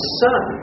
son